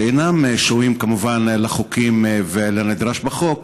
שאינם שועים כמובן לחוקים ולנדרש בחוק,